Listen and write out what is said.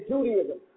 Judaism